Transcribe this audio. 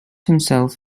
himself